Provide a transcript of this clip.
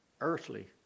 earthly